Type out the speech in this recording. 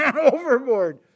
overboard